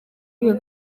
iyo